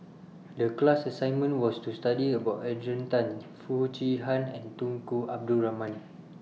The class assignment was to study about Adrian Tan Foo Chee Han and Tunku Abdul Rahman